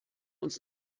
uns